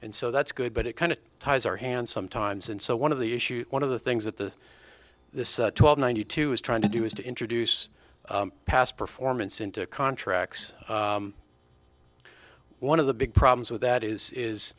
and so that's good but it kind of ties our hands sometimes and so one of the issues one of the things that the this twelve ninety two is trying to do is to introduce past performance into contracts one of the big problems with that is is